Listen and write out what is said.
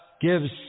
gives